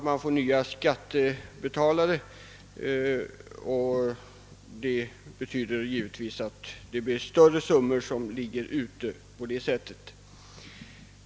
Man får ju nya skattebetalare, vilket medför att det blir större summor som kommunerna får ligga ute med.